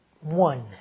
one